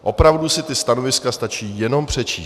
Opravdu si ta stanoviska stačí jenom přečíst.